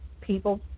people